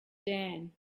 dan